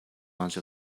much